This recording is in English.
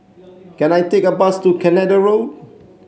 can I take a bus to Canada Road